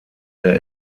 der